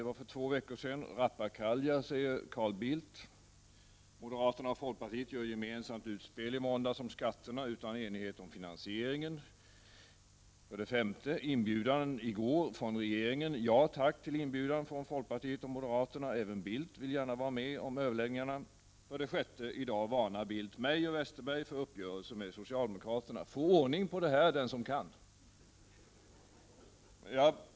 Det var för två veckor sedan. 3. Rappakalja, säger Carl Bildt. 4. Moderaterna och folkpartiet gjorde i måndags ett gemensamt utspel om skatterna, utan enighet om finansieringen. 5. Inbjudan i går från regeringen. Ja tack, säger folkpartiet och moderaterna — även Bildt vill gärna vara med om överläggningarna. 6. I dag varnar Bildt mig och Westerberg för uppgörelse med socialdemokraterna. Få ordning på det här den som kan!